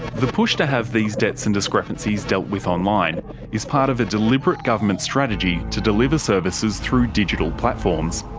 the push to have these debts and discrepancies dealt with online is a part of a deliberate government strategy to deliver services through digital platforms.